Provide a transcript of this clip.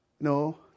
No